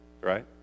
Right